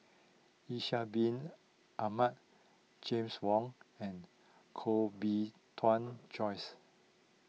Ishak Bin Ahmad James Wong and Koh Bee Tuan Joyce